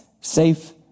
safe